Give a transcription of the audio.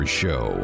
show